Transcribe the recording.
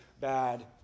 bad